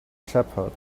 shepherd